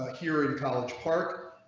here in college park.